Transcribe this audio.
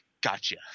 gotcha